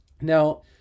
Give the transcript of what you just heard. Now